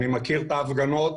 אני מכיר את ההפגנות,